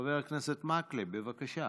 חבר הכנסת מקלב, בבקשה.